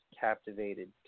captivated